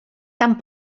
tant